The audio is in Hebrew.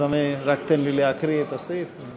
רק תן לי להקריא את הסעיף.